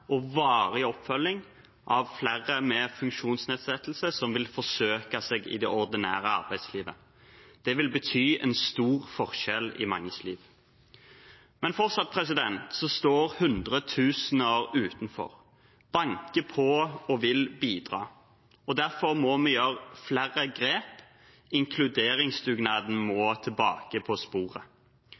og varig oppfølging av flere med funksjonsnedsettelse, som vil forsøke seg i det ordinære arbeidslivet. Det vil bety en stor forskjell i manges liv. Men fortsatt står hundretusener utenfor, banker på og vil bidra. Derfor må vi ta flere grep. Inkluderingsdugnaden må tilbake på sporet.